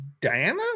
Diana